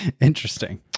interesting